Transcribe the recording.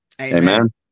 amen